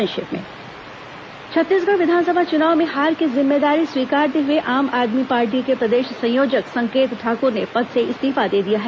संक्षिप्त समाचार छत्तीसगढ़ विधानसभा चुनाव में हार की जिम्मेदारी स्वीकारते हुए आम आदमी पार्टी के प्रदेश संयोजक संकेत ठाकुर ने पद से इस्तीफा दे दिया है